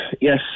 yes